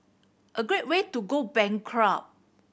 a great way to go bankrupt